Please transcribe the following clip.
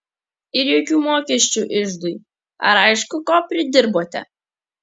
ir jokių mokesčių iždui ar aišku ko pridirbote